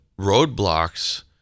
roadblocks